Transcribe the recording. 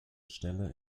stelle